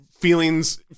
Feelings